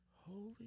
Holy